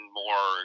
more